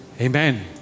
Amen